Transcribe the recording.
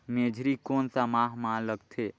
मेझरी कोन सा माह मां लगथे